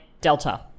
delta